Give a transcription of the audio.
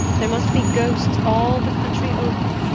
there must be ghosts all the country over,